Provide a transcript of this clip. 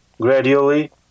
gradually